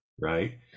right